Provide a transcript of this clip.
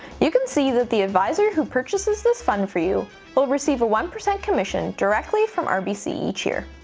you can see that the advisor who purchases this fund for you will receive a one percent commission directly from ah rbc each year.